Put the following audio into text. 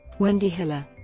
wendy hiller